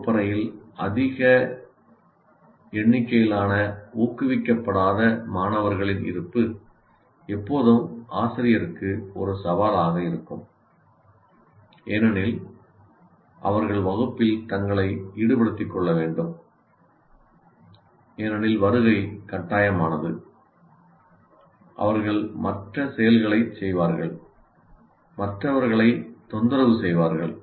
வகுப்பறையில் அதிக எண்ணிக்கையிலான ஊக்குவிக்கப்படாத மாணவர்களின் இருப்பு எப்போதும் ஆசிரியருக்கு ஒரு சவாலாக இருக்கும் ஏனெனில் அவர்கள் வகுப்பில் தங்களை ஈடுபடுத்திக் கொள்ள வேண்டும் ஏனெனில் வருகை கட்டாயமானது அவர்கள் மற்ற செயல்களைச் செய்வார்கள் மற்றவர்களைத் தொந்தரவு செய்வார்கள்